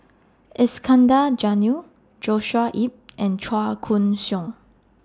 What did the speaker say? Iskandar Jalil Joshua Ip and Chua Koon Siong